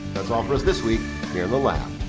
that's um from us this week here in the lab.